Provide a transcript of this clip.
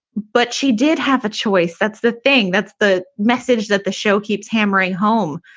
but she did have a choice. that's the thing. that's the message that the show keeps hammering home.